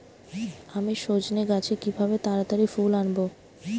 আমি সজনে গাছে কিভাবে তাড়াতাড়ি ফুল আনব?